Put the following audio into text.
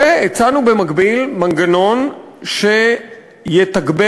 והצענו במקביל מנגנון שיתגבר,